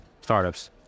startups